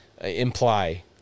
imply